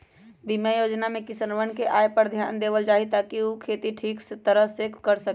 बीमा योजना में किसनवन के आय पर ध्यान देवल जाहई ताकि ऊ खेती ठीक तरह से कर सके